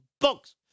books